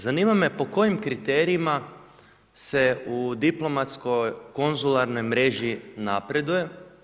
Zanima me po kojim kriterijima se u diplomatskoj konzularnoj mreži napreduje.